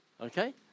okay